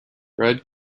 bread